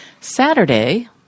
Saturday